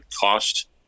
cost